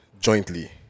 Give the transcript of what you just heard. jointly